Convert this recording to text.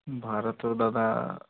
ভাড়া তো দাদা